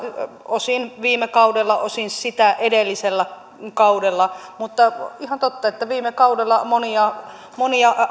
osin viime kaudella osin sitä edellisellä kaudella mutta on ihan totta että viime kaudella monia monia